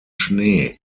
schnee